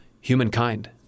humankind